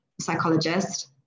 psychologist